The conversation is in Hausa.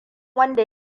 wanda